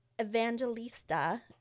Evangelista